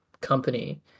company